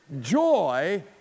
joy